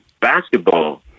Basketball